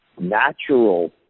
natural